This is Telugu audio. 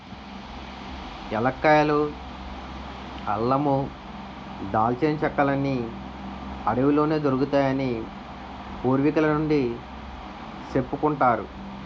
ఏలక్కాయలు, అల్లమూ, దాల్చిన చెక్కలన్నీ అడవిలోనే దొరుకుతాయని పూర్వికుల నుండీ సెప్పుకుంటారు